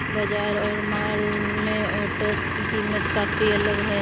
बाजार और मॉल में ओट्स की कीमत काफी अलग है